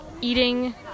eating